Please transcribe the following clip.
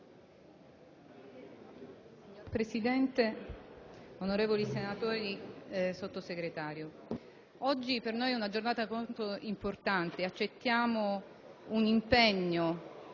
Signor Presidente, onorevoli senatori, signor Sottosegretario, oggi per noi è una giornata molto importante: accettiamo un impegno